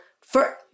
forever